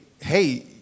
hey